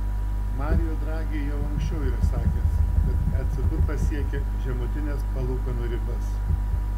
mario draghi jau anksčiau yra sakęs kad ecb pasiekė žemutines palūkanų ribas